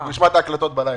נשמע את ההקלטות בלילה.